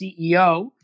CEO